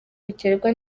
biterwa